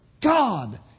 God